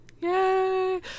Yay